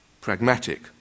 pragmatic